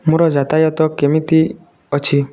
ମୋର ଯାତାୟାତ କେମିତି ଅଛି